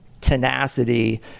tenacity